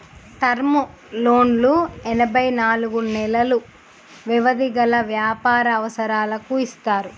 term లోన్లు ఎనభై నాలుగు నెలలు వ్యవధి గల వ్యాపార అవసరాలకు ఇస్తారు